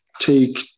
take